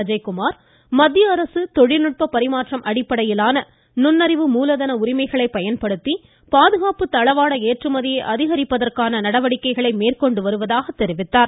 அஜய்குமார் மத்திய அரசு தொழில்நுட்ப பரிமாற்றம் அடிப்படையிலான நுண்ணநிவு மூல்தன உரிமைகளை பயன்படுத்தி பாதுகாப்பு தளவாட ஏற்றுமதியை அதிகரிப்பதற்கான நடவடிக்கைகளை மேற்கொண்டு வருவதாக தெரிவித்தார்